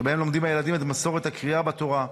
שבהם לומדים הילדים את מסורת הקריאה בתורה,